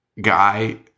guy